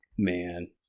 man